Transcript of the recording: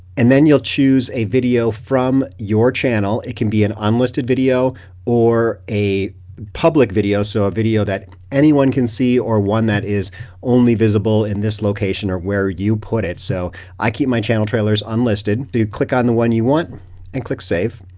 and then you'll choose a video from your channel. channel. it can be an unlisted video or a public video, so a video that anyone can see, or one that is only visible in this location or where you put it. so i keep my channel trailers unlisted. click on the one you want and click save.